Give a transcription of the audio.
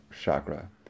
chakra